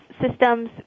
systems